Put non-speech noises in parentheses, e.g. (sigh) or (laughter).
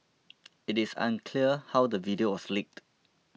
(noise) it is unclear how the video was leaked